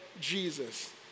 Jesus